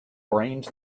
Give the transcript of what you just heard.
brains